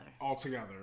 Altogether